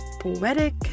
poetic